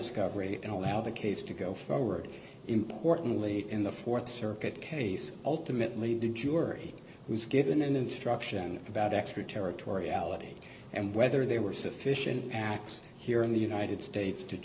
discovery and allow the case to go forward importantly in the th circuit case ultimately jury was given an instruction about extraterritoriality and whether there were sufficient acts here in the united states to